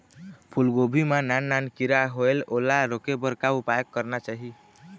फूलगोभी मां नान नान किरा होयेल ओला रोके बर का उपाय करना चाही?